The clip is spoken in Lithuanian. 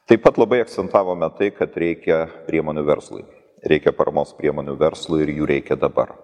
taip pat labai akcentavome tai kad reikia priemonių verslui reikia paramos priemonių verslui ir jų reikia dabar